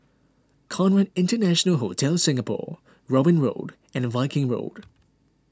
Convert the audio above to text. Conrad International Hotel Singapore Robin Road and the Viking Road